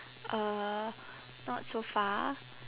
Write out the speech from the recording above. uh not so far